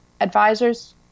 advisors